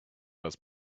was